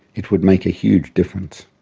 it would make a huge difference.